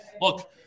look